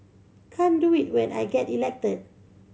can't do it when I get elected